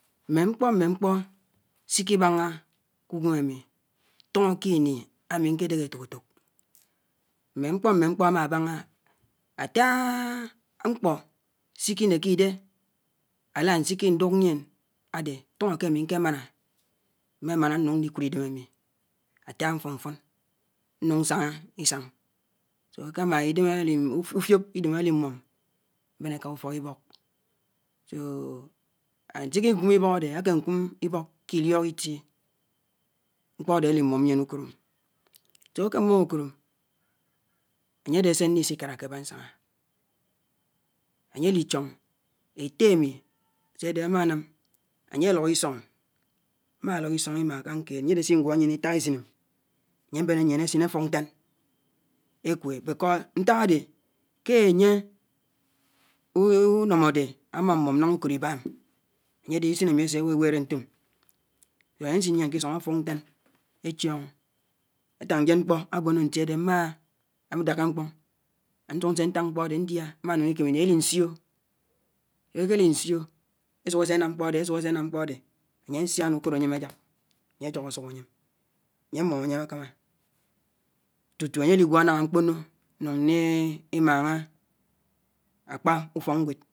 mme ñkpọ mme ñkpu sike ibañga ku unwesein ami tono kini ami nkedehẽ etoketok. Mme ñkpọ mme nkpo ama bañga, ata ñopo sike inekũde ala nsiki iduu nyun ade fonó ké emi ñke mona. Mmé mana nuñg ñlikud idem ame ata mfon mfon nung nsanga isañg. Akáma ufok idem alimunu eben eka ufọk ibọk añsiki ikúm ibọh ade ake ñkum ibok rie iliọk itie ñkpọ ade aknuim nyien ukod, akemúm ukod anye ade se nlise ñkálákeba ñsañga. Anye alichony ette ami aséda ama anam anye efọk isọñg, ama alok isoñg imaa akañg keed anye ade siiwuọ nyurs itausin anye abene ñyièn asin afọk ñtañg ekwe ñtak ade unọmọ ade ama amum nen̄ga ukód iba anye ade isin ami ase wewere ntȯm, anye asin nyiem kiisong afun ñtañg echiọñg etang njen ñkpọ abon ke ntie ade adáká akapọng ásuk nse ñtañg ñkpọ ade ñdia ama nung ikimini elinsio. Ekeliñsio, esuk ese enam ñkpọ adé esuk ese enam ñkpọ ade anye asiáná úkod añyém ajak anye ajọh asuhọ anyem. Anye amúm añyem akamá tutu anye aligwo nañga nkpõnõ ñung ñtemañga akpá ufọ́kñwed